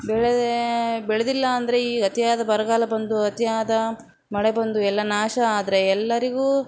ಬೆಳೆ ಬೆಳೆದಿಲ್ಲಾಂದ್ರೆ ಈಗ ಅತಿಯಾದ ಬರಗಾಲ ಬಂದು ಅತಿಯಾದ ಮಳೆ ಬಂದು ಎಲ್ಲ ನಾಶ ಆದರೆ ಎಲ್ಲರಿಗೂ